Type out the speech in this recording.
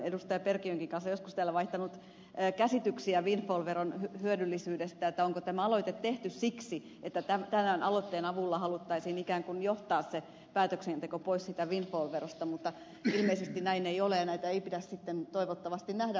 perkiönkin kanssa joskus täällä vaihtanut ajatuksia windfall veron hyödyllisyydestä onko tämä aloite tehty siksi että tämän aloitteen avulla haluttaisiin ikään kuin johtaa se päätöksenteko pois siitä windfall verosta mutta ilmeisesti näin ei ole ja näitä ei pidä sitten toivottavasti nähdä vastakkaisina